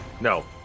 No